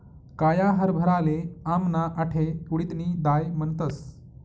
काया हरभराले आमना आठे उडीदनी दाय म्हणतस